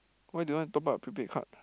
why do you want top up prepaid card